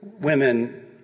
women